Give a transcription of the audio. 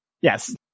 Yes